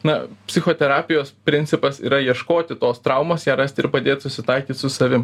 na psichoterapijos principas yra ieškoti tos traumos ją rasti ir padėt susitaikyt su savim